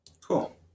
Cool